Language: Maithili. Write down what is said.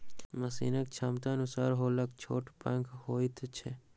मशीनक क्षमताक अनुसार हौलर छोट पैघ होइत छै